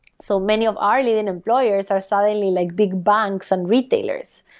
so many of our leading employers are certainly like big banks and retailers.